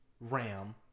ram